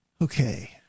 okay